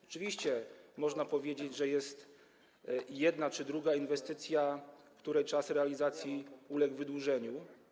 Oczywiście można powiedzieć, że jest jedna czy druga inwestycja, której czas realizacji uległ wydłużeniu.